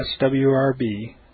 SWRB